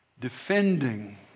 Defending